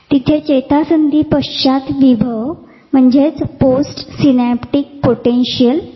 तर तिथे चेतासंधीपश्चात विभव post synaptic potential - PSP आहे